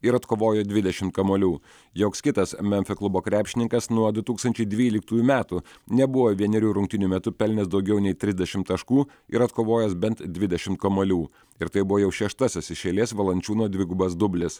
ir atkovojo dvidešimt kamuolių joks kitas memfio klubo krepšininkas nuo du tūkstančiai dvyliktųjų metų nebuvo vienerių rungtynių metu pelnęs daugiau nei trisdešimt taškų ir atkovojęs bent dvidešimt kamuolių ir tai buvo jau šeštasis iš eilės valančiūno dvigubas dublis